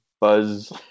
Buzz